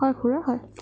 হয় খুৰা হয়